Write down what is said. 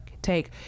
take